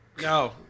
No